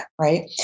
right